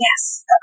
Yes